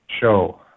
show